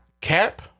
Cap